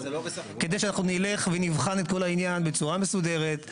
כדי שאנחנו נלך ונבחן את העניין בצורה מסודרת,